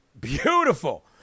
beautiful